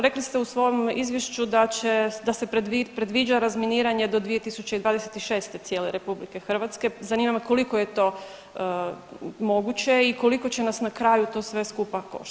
Rekli ste u svom izvješću da će, da se predviđa razminiranje do 2026. cijele RH, zanima me koliko je to moguće i koliko će nas na kraju to sve skupa koštati?